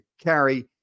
carry